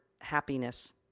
happiness